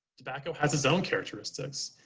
tobacco has its own characteristics.